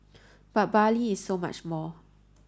but Bali is so much more